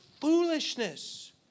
foolishness